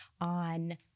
on